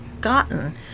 gotten